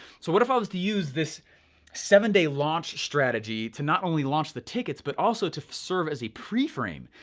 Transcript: so what if i was to use this seven day launch strategy to not only launch the tickets, but also to serve as a pre-frame.